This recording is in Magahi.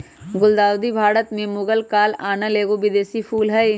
गुलदाऊदी भारत में मुगल काल आनल एगो विदेशी फूल हइ